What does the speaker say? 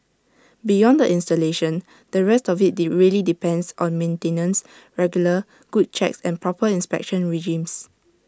beyond the installation the rest of IT really depends on maintenance regular good checks and proper inspection regimes